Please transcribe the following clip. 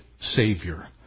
Savior